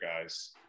guys